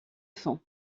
fond